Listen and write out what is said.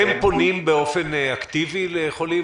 אתם פונים באופן אקטיבי לחולים,